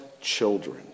children